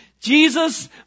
Jesus